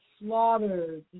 slaughtered